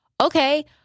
Okay